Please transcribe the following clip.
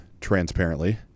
transparently